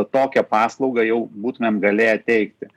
tokią paslaugą jau būtumėm galėję teikti